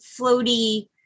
floaty